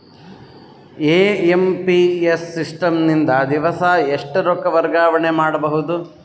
IMPS system ನಿಂದ ದಿವಸಾ ಎಷ್ಟ ರೊಕ್ಕ ವರ್ಗಾವಣೆ ಮಾಡಬಹುದು?